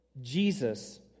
Jesus